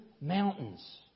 mountains